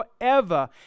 forever